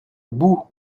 bout